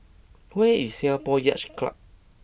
where is Singapore Yacht Club